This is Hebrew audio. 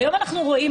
והיום אנחנו רואים,